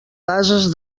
bases